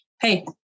hey